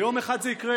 ויום אחד זה יקרה.